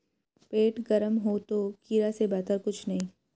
पेट गर्म हो तो खीरा से बेहतर कुछ नहीं